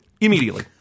immediately